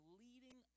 leading